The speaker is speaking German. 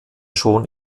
schon